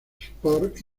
sports